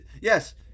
yes